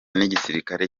n’igisirikare